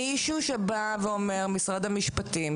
מישהו שבא ואומר: משרד המשפטים,